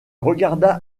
regarda